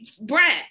Brad